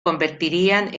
convertirían